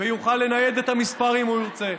ויוכל לנייד את המספר אם הוא ירצה,